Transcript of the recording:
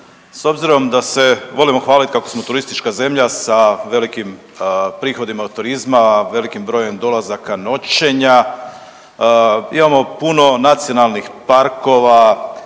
s obzirom da se volimo hvaliti kako smo turistička zemlja sa velikim prihodima od turizma, velikim brojem dolazaka, noćenja, imamo puno nacionalnih parkova,